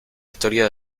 historia